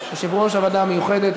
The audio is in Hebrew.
יושב-ראש הוועדה המיוחדת,